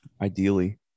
Ideally